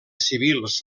civils